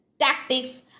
tactics